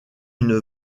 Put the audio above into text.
une